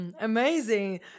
Amazing